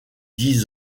dix